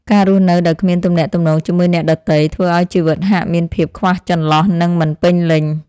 ការរស់នៅដោយគ្មានទំនាក់ទំនងជាមួយអ្នកដទៃ ធ្វើឱ្យជីវិតហាក់មានភាពខ្វះចន្លោះនិងមិនពេញលេញ។